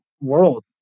world